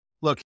Look